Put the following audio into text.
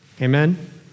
Amen